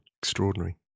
Extraordinary